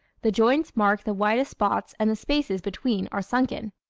the joints mark the widest spots and the spaces between are sunken.